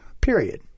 period